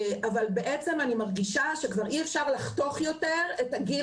בעצם אני מרגישה שכבר אי אפשר לחתוך יותר את הגיל